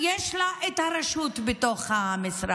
יש לה רק את הרשות בתוך המשרד.